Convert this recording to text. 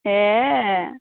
एह